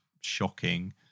shocking